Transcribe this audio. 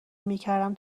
میکردم